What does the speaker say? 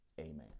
Amen